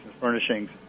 furnishings